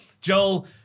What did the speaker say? Joel